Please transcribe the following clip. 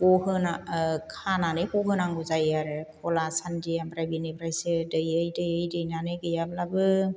ग होनो खानानै गहोनांगौ जायो आरो गलासान्दि ओमफ्राय बेनिफ्रायसो दैयै दैयै दैनानै गैयाब्लाबो